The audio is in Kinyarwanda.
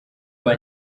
kwa